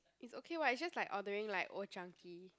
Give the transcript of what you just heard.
it's okay what it's just like ordering like Old-Chang-Kee